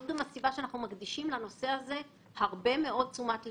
אנחנו מקדישים לנושא הזה הרבה מאוד תשומת לב,